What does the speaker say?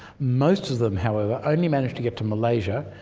most of them, however, only managed to get to malaysia.